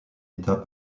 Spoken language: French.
état